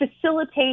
facilitate